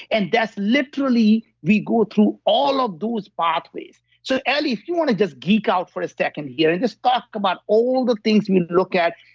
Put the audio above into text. and that's literally, we go through all of those pathways. so ally, if you want to just geek out for a second here and just talk about all the things we look at,